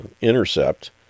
intercept